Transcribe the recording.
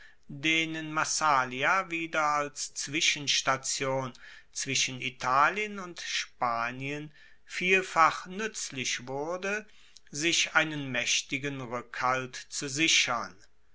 denen massalia wieder als zwischenstation zwischen italien und spanien vielfach nuetzlich wurde sich einen maechtigen rueckhalt zu sichern